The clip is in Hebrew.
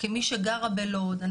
כמי שגרה בלוד,